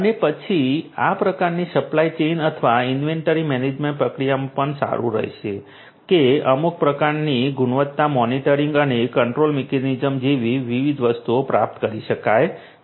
અને પછી આ પ્રકારની સપ્લાય ચેઇન અથવા ઇન્વેન્ટરી મેનેજમેન્ટ પ્રક્રિયામાં પણ સારું રહેશે કે અમુક પ્રકારની ગુણવત્તા મોનિટરિંગ અને કંટ્રોલ મિકેનિઝમ જેવી વિવિધ વસ્તુઓ પ્રાપ્ત કરી શકાય છે